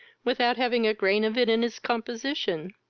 without having a grain of it in his composition.